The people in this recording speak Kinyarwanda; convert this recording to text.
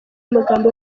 amagambo